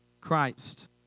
Christ